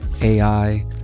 AI